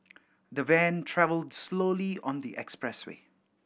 the van travelled slowly on the expressway